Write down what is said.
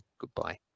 Goodbye